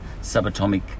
subatomic